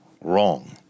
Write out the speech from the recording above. wrong